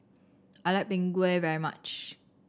I like Png Kueh very much